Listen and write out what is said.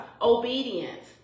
Obedience